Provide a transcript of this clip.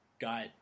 got